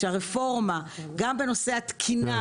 שהרפורמה גם בנושא התקינה